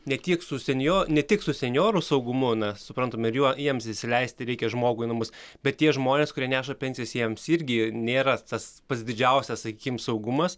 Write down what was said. ne tiek su senjo ne tik su senjorų saugumu na suprantame ir juo jiems įsileisti reikia žmogų į namus bet tie žmonės kurie neša pensijas jiems irgi nėra tas pats didžiausias sakykim saugumas